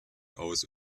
aus